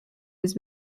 have